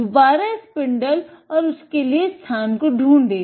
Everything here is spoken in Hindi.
दुबारा स्पिंडल और उसके लिए स्थान को ढूढे